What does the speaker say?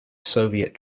soviet